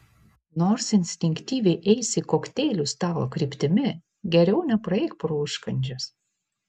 nors instinktyviai eisi kokteilių stalo kryptimi geriau nepraeik pro užkandžius